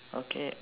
okay